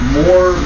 more